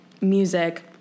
music